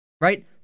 Right